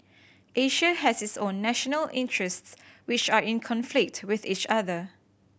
Asia has its own national interests which are in conflict with each other